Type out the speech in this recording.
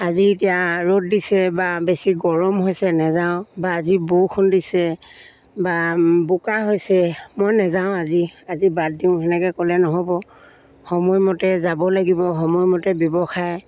আজি এতিয়া ৰ'দ দিছে বা বেছি গৰম হৈছে নাযাওঁ বা আজি বষুণ দিছে বা বোকা হৈছে মই নাযাওঁ আজি আজি বাদ দিওঁ তেনেকৈ ক'লে নহ'ব সময়মতে যাব লাগিব সময়মতে ব্যৱসায়